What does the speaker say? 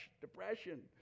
depression